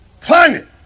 climate